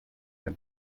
mehr